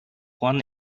juan